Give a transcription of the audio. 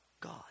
God